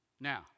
Now